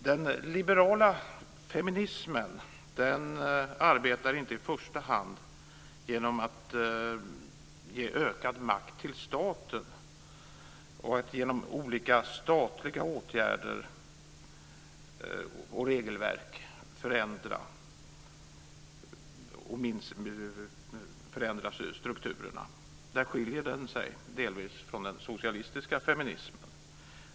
Den liberala feminismen arbetar inte i första hand genom att ge ökad makt till staten eller genom att med olika statliga åtgärder och regelverk förändra strukturerna. Där skiljer den sig delvis från den socialistiska feminismen.